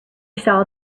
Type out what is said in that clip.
saw